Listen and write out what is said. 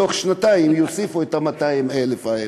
תוך שנתיים יוסיפו את ה-200,000 האלה,